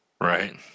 Right